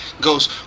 goes